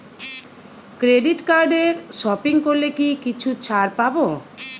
Credit কার্ডে shopping করলে কি কিছু ছাড় পাব?